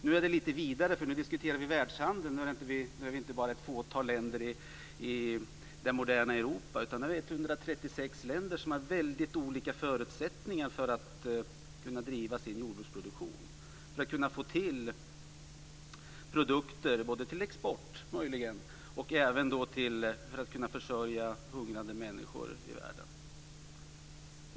Nu är det lite vidare, för nu diskuterar vi världshandel. Nu är vi inte bara ett fåtal länder i det moderna Europa, utan nu är vi 136 länder som har väldigt olika förutsättningar för att driva sin jordbruksproduktion, för att få till produkter för export och även för att kunna försörja hungrande människor i världen.